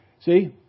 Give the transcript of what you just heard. See